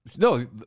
No